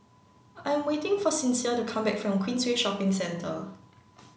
I'm waiting for Sincere to come back from Queensway Shopping Centre